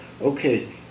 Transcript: okay